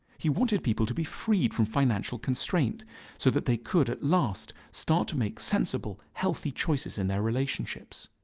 he wanted people to be freed from financial constraint so that they could at last start to make sensible, healthy choices in their relationships.